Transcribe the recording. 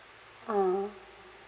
ah